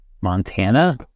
Montana